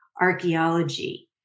archaeology